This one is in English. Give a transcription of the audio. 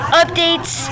updates